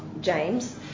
James